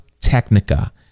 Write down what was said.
Technica